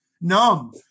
numb